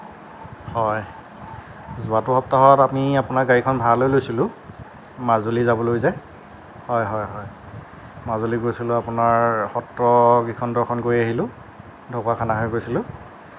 হয় যোৱাটো সপ্তাহত আমি আপোনাৰ গাড়ীখন ভাৰালৈ লৈছিলোঁ মাজুলী যাবলৈ যে হয় হয় হয় মাজুলী গৈছিলোঁ আপোনাৰ সত্ৰকেইখন দৰ্শন কৰি আহিলোঁ ঢকুৱাখানা হৈ গৈছিলোঁ